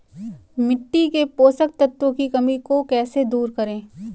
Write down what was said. मिट्टी के पोषक तत्वों की कमी को कैसे दूर करें?